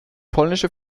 polnische